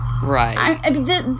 Right